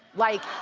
like,